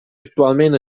actualment